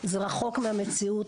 זה רחוק מהמציאות.